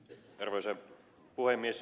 arvoisa puhemies